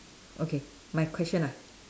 okay my question ah